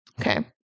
okay